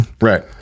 right